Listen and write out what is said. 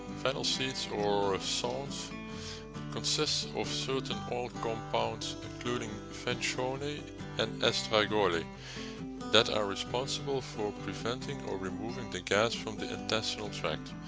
fennel seeds or saunf consists of certain oil compounds including fenchone and estragole that are responsible for preventing or removing the gas from the intestinal tract.